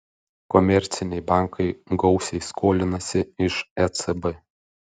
komerciniai bankai gausiai skolinasi iš ecb